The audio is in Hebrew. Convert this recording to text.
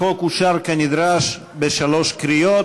החוק אושר כנדרש בשלוש קריאות,